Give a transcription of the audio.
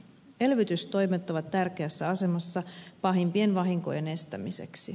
elvytystoimet ovat tärkeässä asemassa pahimpien vahinkojen estämiseksi